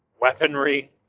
weaponry